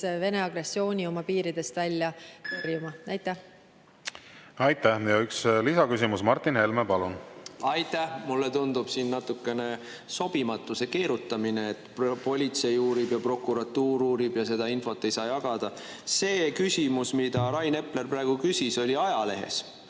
lisaküsimus, Martin Helme, palun! Aitäh! Üks lisaküsimus, Martin Helme, palun! Aitäh! Mulle tundub siin natukene sobimatu see keerutamine, et politsei uurib ja prokuratuur uurib ja seda infot ei saa jagada. See küsimus, mida Rain Epler praegu küsis, oli ajalehes,